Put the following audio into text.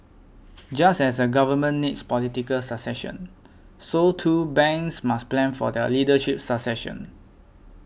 just as a Government needs political succession so too banks must plan for their leadership succession